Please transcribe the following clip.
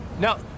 No